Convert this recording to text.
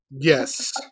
Yes